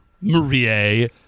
Marie